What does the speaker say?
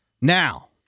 Now